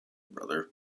brother